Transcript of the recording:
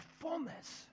fullness